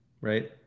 right